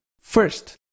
first